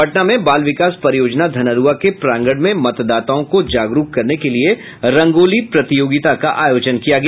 पटना में बाल विकास परियोजना धनरूआ के प्रांगण में मतदाताओं को जागरूक करने के लिये रंगोली प्रतियोगिता का अयोजन किया गया